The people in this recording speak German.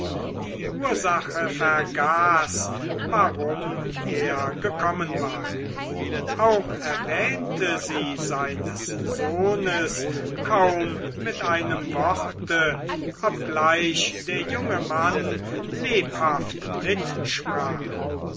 die ursache vergaß warum er gekommen war auch erwähnte sie seines sohnes kaum mit einem worte obgleich der junge mann lebhaft mitsprach